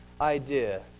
idea